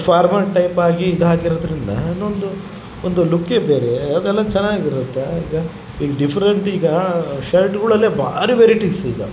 formal ಟೈಪಾಗಿ ಇದು ಹಾಕಿರೋದರಿಂದ ಇನ್ನೊಂದು ಒಂದು ಲುಕ್ಕೇ ಬೇರೆ ಅದೆಲ್ಲ ಚೆನ್ನಾಗಿರುತ್ತೆ ಆಗ ಈಗ ಡಿಫ್ರೆಂಟ್ ಈಗ ಶರ್ಟ್ಗಳಲ್ಲೇ ಭಾರಿ ವೆರೈಟೀಸ್ ಇದಾವೆ